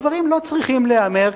הדברים לא צריכים להיאמר,